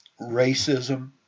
racism